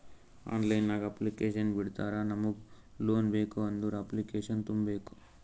online ನಾಗ್ application ಬಿಡ್ತಾರಾ ನಮುಗ್ ಲೋನ್ ಬೇಕ್ ಅಂದುರ್ ಅಪ್ಲಿಕೇಶನ್ ತುಂಬೇಕ್